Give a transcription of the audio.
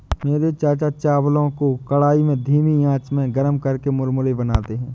मेरे चाचा चावलों को कढ़ाई में धीमी आंच पर गर्म करके मुरमुरे बनाते हैं